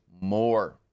more